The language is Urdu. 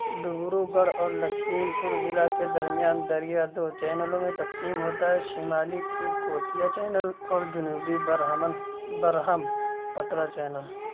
ڈبروگڑھ اور لکھیم پور ضلع کے درمیان دریا دو چینلوں میں تقسیم ہوتا ہے شمالی کھیرکوٹیا چینل اور جنوبی برہمن برہم پترا چینل